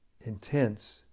intense